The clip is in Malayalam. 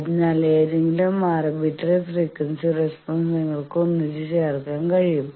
അതിനാൽ ഏതെങ്കിലും ആർബിട്രറി ഫ്രീക്വൻസി റെസ്പോൺസ് നിങ്ങൾക്ക് ഒന്നിച്ചുചേർക്കാൻ കഴിയും